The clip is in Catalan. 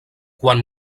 quan